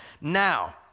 Now